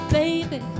baby